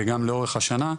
וגם לאורך השנה,